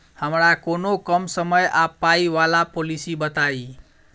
हमरा कोनो कम समय आ पाई वला पोलिसी बताई?